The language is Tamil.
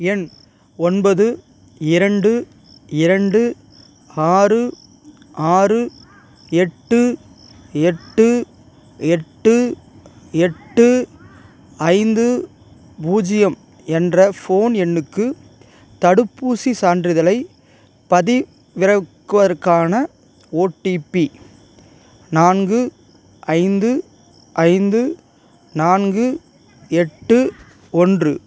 எண் ஒன்பது இரண்டு இரண்டு ஆறு ஆறு எட்டு எட்டு எட்டு எட்டு ஐந்து பூஜ்ஜியம் என்ற ஃபோன் எண்ணுக்கு தடுப்பூசிச் சான்றிதழைப் பதிவிறக்குவற்கான ஓடிபி நான்கு ஐந்து ஐந்து நான்கு எட்டு ஒன்று